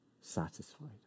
satisfied